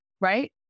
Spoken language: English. right